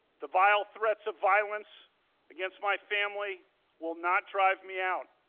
the vile threats of violence against my family will not drive me out.